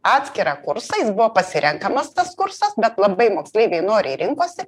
atskirą kursą jis buvo pasirenkamas tas kursas bet labai moksleiviai noriai rinkosi